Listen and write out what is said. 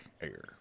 air